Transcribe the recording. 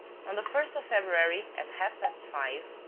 on the first of february, at half-past five,